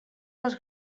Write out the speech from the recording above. les